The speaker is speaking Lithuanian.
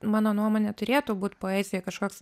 mano nuomone turėtų būt poezija kažkoks